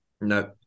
No